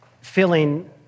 feeling